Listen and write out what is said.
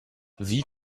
wie